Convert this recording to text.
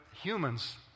humans